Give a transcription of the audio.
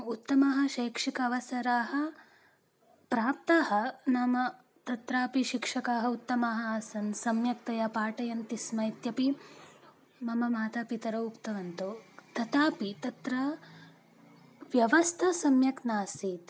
उत्तमः शैक्षिकावसराः प्राप्ताः नाम तत्रापि शिक्षकाः उत्तमाः आसन् सम्यक्तया पाठयन्ति स्म इत्यपि मम मातापितरौ उक्तवन्तौ तदापि तत्र व्यवस्था सम्यक् नासीत्